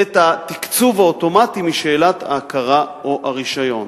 את התקצוב האוטומטי משאלת ההכרה או הרשיון.